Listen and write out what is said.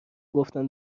گفتم